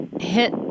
hit